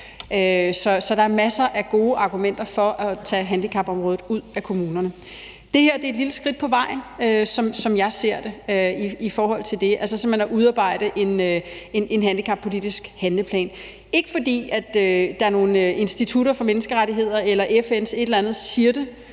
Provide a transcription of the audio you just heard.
Så der er masser af gode argumenter for at tage handicapområdet ud af kommunerne. Det her er et lille skridt på vejen, som jeg ser det i forhold til det, altså at man simpelt hen udarbejder en handicappolitisk handleplan. Det er ikke, fordi der er nogle institutter for menneskerettigheder eller et eller andet organ i